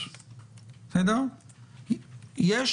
ד"ר